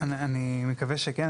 אני מקווה שכן.